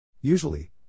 Usually